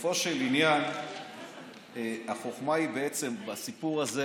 בסופו של עניין החוכמה בסיפור הזה